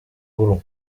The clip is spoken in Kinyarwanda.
maguru